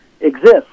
exist